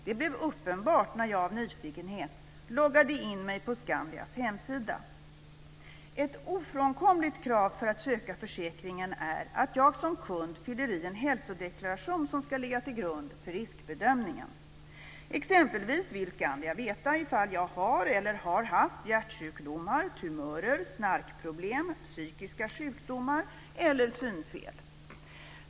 Det blev uppenbart när jag av nyfikenhet loggade in mig på Skandias hemsida. Ett ofrånkomligt krav för att söka försäkringen är att jag som kund fyller i en hälsodeklaration som ska ligga till grund för riskbedömningen. Exempelvis vill Skandia veta ifall jag har eller har haft hjärtsjukdomar, tumörer, snarkproblem, psykiska sjukdomar eller synfel.